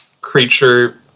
creature